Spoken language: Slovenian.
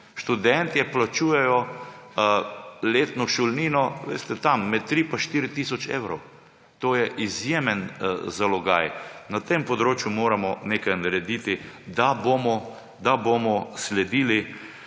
Študentje plačujejo letno šolnino med 3 in 4 tisoč evrov. To je izjemen zalogaj. Na tem področju moramo nekaj narediti, da bomo sledili